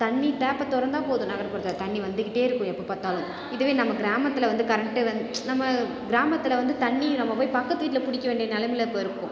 தண்ணி டேப்பை திறந்தா போதும் நகர்ப்புறத்தில் தண்ணி வந்துகிட்டே இருக்கும் எப்போ பார்த்தாலும் இதுவே நம்ம கிராமத்தில் வந்து கரண்ட்டு வந் நம்ம கிராமத்தில் வந்து தண்ணிக்கு நம்ம போய் பக்கத்து வீட்டில் பிடிக்க வேண்டிய நிலமைல இப்போது இருக்கோம்